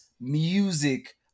music